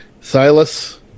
Silas